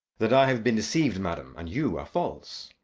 that i have been deceived, madam, and you are false.